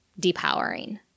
depowering